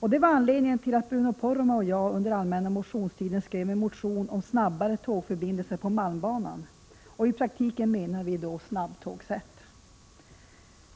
Detta var anledningen till att Bruno Poromaa och jag under allmänna motionstiden skrev en motion om snabbare tågförbindelser på malmbanan. I praktiken menar vi snabbtågsset.